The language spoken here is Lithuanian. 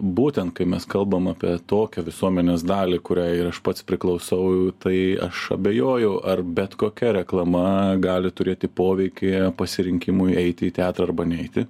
būtent kai mes kalbam apie tokią visuomenės dalį kuriai ir aš pats priklausau tai aš abejoju ar bet kokia reklama gali turėti poveikį pasirinkimui eiti į teatrą arba neiti